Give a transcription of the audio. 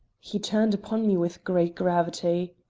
he turned upon me with great gravity.